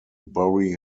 bury